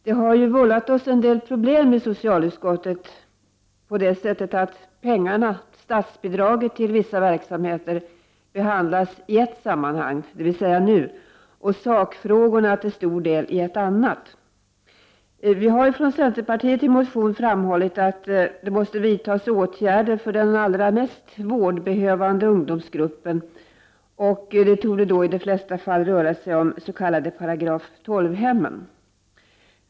Det har vållat oss en del problem i socialutskottet att pengarna, statsbidraget till vissa verksamheter, behandlas i ett sammanhang, dvs. nu, och sakfrågorna till stor del i ett annat. Vi har från centerpartiet i en motion framhållit att det måste vidtas åtgärder för den allra mest vårdbehövande ungdomsgruppen, och det torde då i de flesta fall röra sig om de s.k. § 12-hemmen.